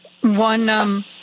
One